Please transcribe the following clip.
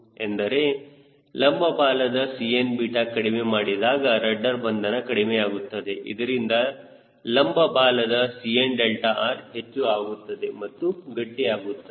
ಎಂದರೆ ಲಂಬ ಬಾಲದ Cnಕಡಿಮೆ ಮಾಡಿದಾಗ ರಡ್ಡರ್ ಬಂಧನ ಆಗುತ್ತದೆ ಇದರಿಂದ ಲಂಬ ಬಾಲದ Cnr ಹೆಚ್ಚು ಆಗುತ್ತದೆ ಅಥವಾ ಗಟ್ಟಿ ಆಗುತ್ತದೆ